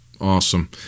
Awesome